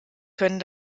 können